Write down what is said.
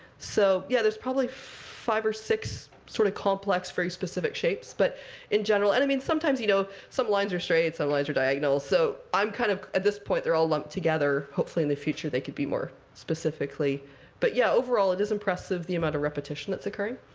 so yeah, there's probably five or six sort of complex, very specific shapes. but in general and i mean, sometimes you know some lines are straight, some lines are diagonal. so i'm kind of at this point, they're all lumped together. hopefully, in the future, they could be more specifically but yeah, overall it is impressive the amount of repetition that's occurring.